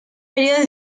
periodo